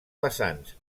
vessants